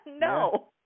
No